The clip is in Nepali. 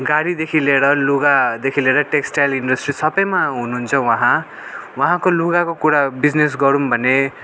गाडीदेखि लिएर लुगादेखि लिएर टेक्सटाइल इन्डस्ट्री सबैमा हुनुहुन्छ उहाँ उहाँको लुगाको कुरा बिजनेस गरौँ भने